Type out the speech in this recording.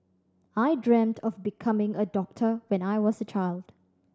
I dreamt of becoming a doctor when I was a child